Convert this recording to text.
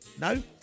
No